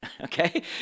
Okay